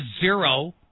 zero